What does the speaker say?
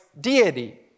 deity